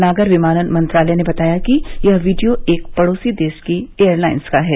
नागर विमानन मंत्रालय ने बताया कि यह वीडियो एक पड़ोसी देश की एयरलाइन्स का है